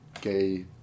gay